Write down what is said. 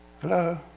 Hello